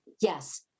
yes